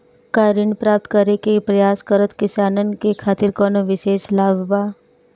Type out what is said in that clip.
का ऋण प्राप्त करे के प्रयास करत किसानन के खातिर कोनो विशेष लाभ बा